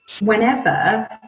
whenever